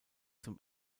zum